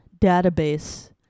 database